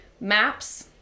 maps